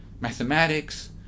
mathematics